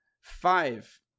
Five